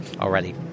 already